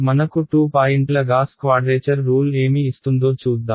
మనకు 2 పాయింట్ల Gauss quadrature rule ఏమి ఇస్తుందో చూద్దాం